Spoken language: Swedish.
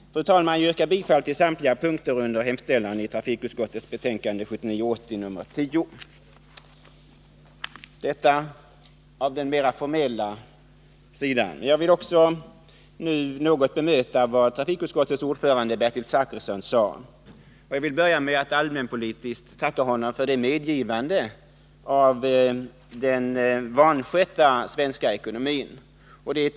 Fru talman! Jag yrkar bifall till samtliga punkter under hemställan i trafikutskottets betänkande 1979/80:10. Därmed lämnar jag den mera formella delen av mitt anförande, och jag vill sedan något bemöta det som trafikutskottets ordförande Bertil Zachrisson sade. Till att börja med vill jag tacka Bertil Zachrisson för det medgivande han gjorde när det gällde den vanskötta svenska ekonomin.